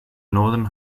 northern